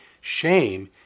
Shame